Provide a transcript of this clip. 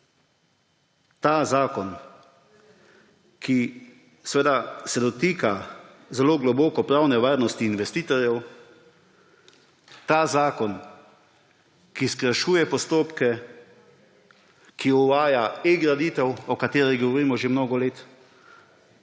ta zakon, ki se dotika zelo globoko pravne varnosti investitorjev, ta zakon, ki skrajšuje postopke, ki uvaja eGraditev, o kateri govorimo že mnogo let,